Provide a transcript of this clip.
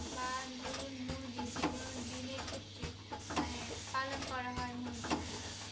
বা ধরুন মুরগি যেগুলো ডিমের ক্ষেত্রে মানে পালন করা হয় মুরগি